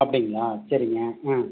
அப்படிங்களா சரிங்க ஆ